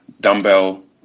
dumbbell